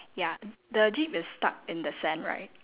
ya the jeep is stuck in the sand right